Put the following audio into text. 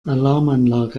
alarmanlage